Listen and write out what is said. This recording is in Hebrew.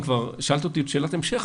אם כבר שאלת אותי שאלת המשך,